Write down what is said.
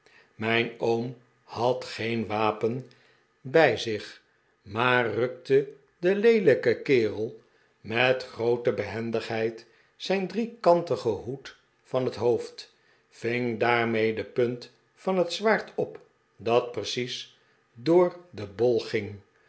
mijn oom had geen wapen bij zich maar rukte den leelijken kerel met groote beheridigheid zijn driekantigen hoed van het hoofd ving daarmee de punt van het zwaard op dat preeies door den bol ging